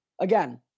again